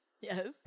yes